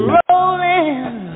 rolling